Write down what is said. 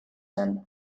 zen